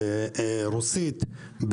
ברוסית,